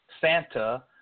Santa